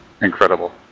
incredible